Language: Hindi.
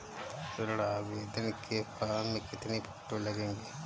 ऋण आवेदन के फॉर्म में कितनी फोटो लगेंगी?